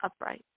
upright